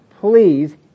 please